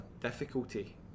difficulty